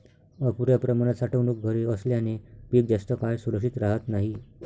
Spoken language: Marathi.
अपुर्या प्रमाणात साठवणूक घरे असल्याने पीक जास्त काळ सुरक्षित राहत नाही